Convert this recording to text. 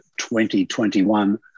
2021